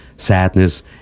Sadness